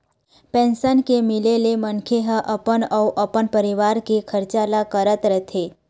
pension के मिले ले मनखे ह अपन अउ अपन परिवार के खरचा ल करत रहिथे